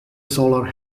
solar